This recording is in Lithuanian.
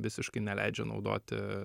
visiškai neleidžia naudoti